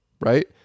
right